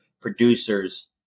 producers